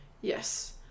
yes